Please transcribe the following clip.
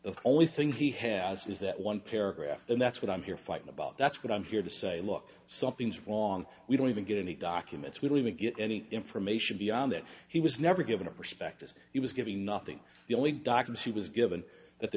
the only thing he has is that one paragraph and that's what i'm here fighting about that's what i'm here to say look something's wrong we don't even get any documents we'll even get any information beyond that he was never given a perspective he was giving nothing the only doctors he was given that they